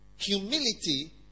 Humility